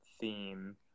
theme